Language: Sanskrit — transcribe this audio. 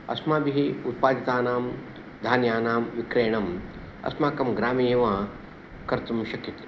अस्माभिः उत्पादितानां धान्यानां विक्रयणम् अस्माकं ग्रामे एव कर्तुं शक्यते